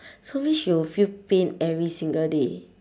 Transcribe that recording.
so means she will feel pain every single day